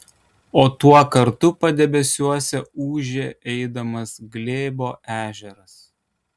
o tuo kartu padebesiuose ūžė eidamas glėbo ežeras